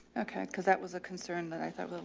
okay. cause that was a concern that i thought, well,